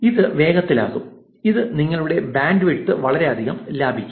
ഇത് വേഗത്തിലാകും ഇത് നിങ്ങളുടെ ബാൻഡ്വിഡ്ത്ത് വളരെയധികം ലാഭിക്കും